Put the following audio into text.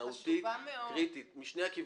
מהותית וקריטית משני הכיוונים,